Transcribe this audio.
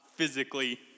physically